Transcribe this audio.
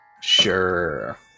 sure